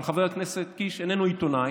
אבל חבר הכנסת קיש איננו עיתונאי,